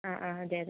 അ ആ അതേ അതെ